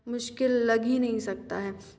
मुश्किल लग ही नहीं सकता है